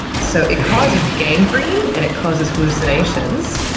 so it causes gangrene and it causes hallucinations,